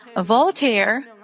Voltaire